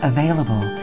Available